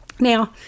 Now